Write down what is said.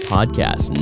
Podcast